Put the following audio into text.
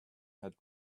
had